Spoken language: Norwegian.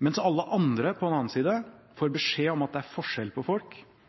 mens alle andre på den annen side får